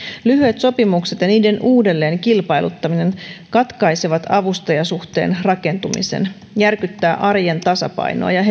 lyhyet sopimukset ja niiden uudelleenkilpailuttaminen katkaisevat avustajasuhteen rakentumisen järkyttävät arjen tasapainoa ja